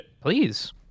Please